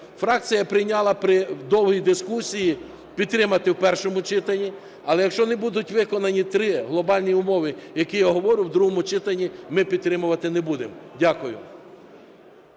Фракція прийняла в довгій дискусії підтримати в першому читанні, але якщо не будуть виконані три глобальні умови, які я говорю, в другому читанні ми підтримувати не будемо. Дякую.